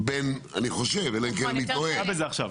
בין אני חושב, אלא אם כן אני טועה,